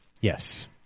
Yes